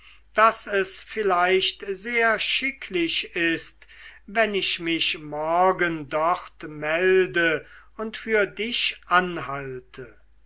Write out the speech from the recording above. daß es vielleicht sehr schicklich ist wenn ich mich morgen dort melde und für dich anhalte